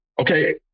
okay